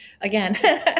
Again